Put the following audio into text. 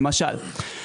למשל.